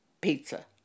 pizza